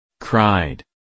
Cried